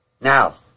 Now